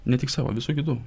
ne tik savo visų kitų